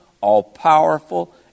all-powerful